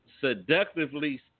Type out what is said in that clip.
seductively